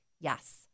Yes